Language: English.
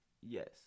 Yes